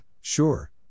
sure